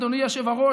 אדוני יושב הראש,